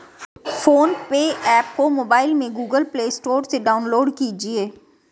phone पे app को mobile में गूगल प्ले स्टोर से डाउनलोड कीजिए